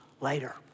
later